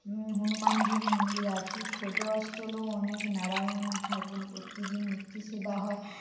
হনুমানজির মন্দির আছে ছোট অস্তলেও অনেক নারায়ণ ঠাকুর প্রতিদিন নিত্য সেবা হয়